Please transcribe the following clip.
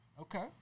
Okay